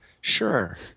Sure